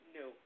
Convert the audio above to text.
no